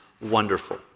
Wonderful